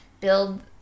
build